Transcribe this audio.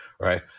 right